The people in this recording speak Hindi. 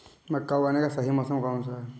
मक्का उगाने का सही मौसम कौनसा है?